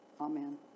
Amen